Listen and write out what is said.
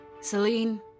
Celine